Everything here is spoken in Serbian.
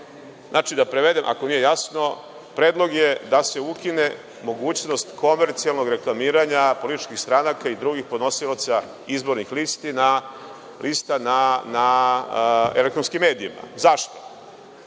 da prevedem, ako nije jasno, predlog je da se ukine mogućnost komercijalnog reklamiranja političkih stranaka i drugih podnosilaca izbornih lista na elektronskim medijima. Zašto?